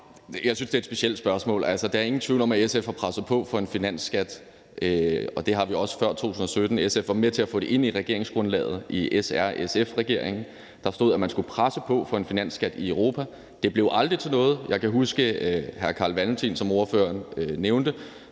Jeg synes, det er et specielt spørgsmål. Der er ingen tvivl om, at SF har presset på for en finansskat, og det har vi også før 2017. SF var med til at få det ind i regeringsgrundlaget i SRSF-regeringen. Der stod, at man skulle presse på for en finansskat i Europa. Det blev aldrig til noget. Jeg kan huske, at hr. Carl Valentin, som ordføreren nævnte,